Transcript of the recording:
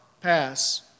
pass